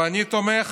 ואני תומך